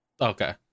Okay